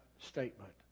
statement